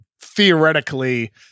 theoretically